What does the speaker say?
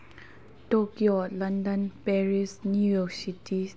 Tokyo London Paris New York City